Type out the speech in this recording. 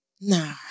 nah